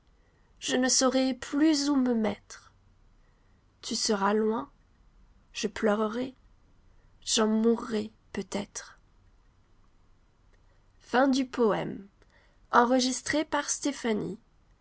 je ne saurai plus où me mettre tu seras loin je pleurerai j'en mourrai peut-être